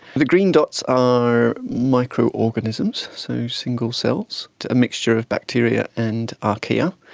the green dots are microorganisms, so single cells, a mixture of bacteria and archaea,